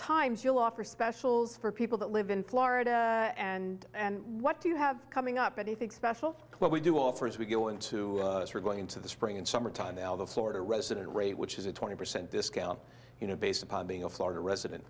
times you'll offer specials for people that live in florida and and what do you have coming up anything special what we do offer as we go into we're going into the spring and summer time to all the sort of resident rate which is a twenty percent discount you know based upon being a florida resident